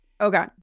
Okay